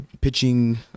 pitching